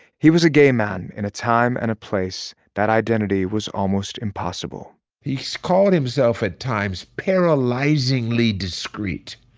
he was a gay man in a time and a place that identity was almost impossible he's called himself, at times, paralyzingly discreet.